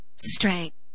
strength